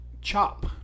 Chop